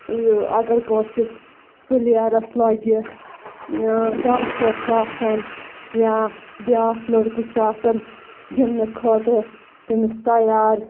یہِ اگر کٲنٛسہِ پلیرَس لَگہِ ڈاکٹر چھُ آسان یا بیاکھ لٔڑکہ چھُ آسان گندنہ خٲطرٕ تمس تیار